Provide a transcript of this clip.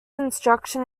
instruction